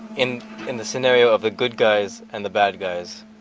in in the scenario of the good guys and the bad guys.